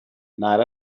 night